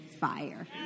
fire